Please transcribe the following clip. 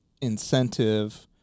incentive